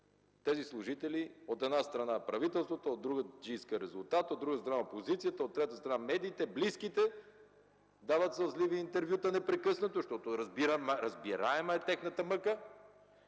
тези служители: от една страна – правителството, че иска резултат, от друга страна – опозицията, от трета страна – медиите, близките дават сълзливи интервюта непрекъснато, защото разбираема е тяхната мъка,